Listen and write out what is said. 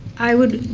i would